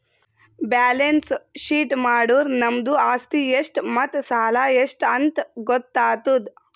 balance sheet ಮಾಡುರ್ ನಮ್ದು ಆಸ್ತಿ ಎಷ್ಟ್ ಮತ್ತ ಸಾಲ ಎಷ್ಟ್ ಅಂತ್ ಗೊತ್ತಾತುದ್